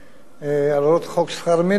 שכר מינימום